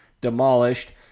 demolished